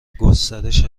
گسترش